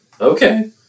Okay